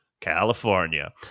California